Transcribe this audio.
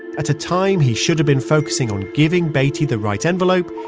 at a time he should have been focusing on giving beatty the right envelope,